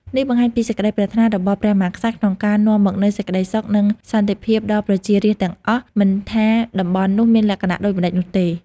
នេះបង្ហាញពីសេចក្តីប្រាថ្នារបស់ព្រះមហាក្សត្រក្នុងការនាំមកនូវសេចក្តីសុខ និងសន្តិភាពដល់ប្រជារាស្ត្រទាំងអស់ មិនថាតំបន់នោះមានលក្ខណៈដូចម្ដេចនោះទេ។